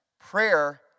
Prayer